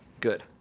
Good